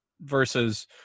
versus